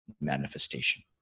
manifestation